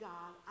God